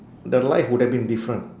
the life would have been different